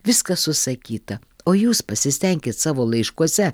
viskas susakyta o jūs pasistenkit savo laiškuose